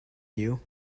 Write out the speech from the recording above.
you